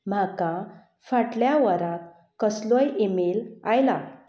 म्हाका फाटल्या वरांत कसलोय इमेल आयला